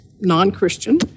non-Christian